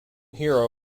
hero